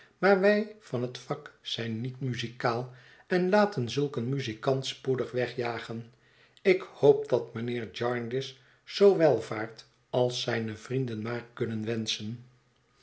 maar wij van het vak zijn niet muzikaal en laten zulk een muzikant spoedig wegjagen ik hoop dat mijnheer jarndycé zoo wel vaart als zijne vrienden maar kunnen wenschen